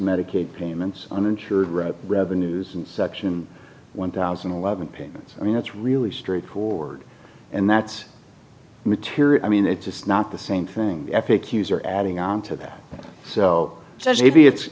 medicaid payments uninsured road revenues and section one thousand and eleven payments i mean that's really straightforward and that's material i mean it's not the same thing epic user adding on to that so maybe it's